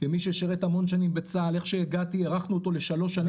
כמי שתיאר המון שנים בצה"ל איך שהגעתי הארכנו אותו לשלוש שנים.